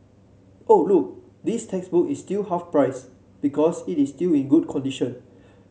oh look this textbook is still half price because it is still in good condition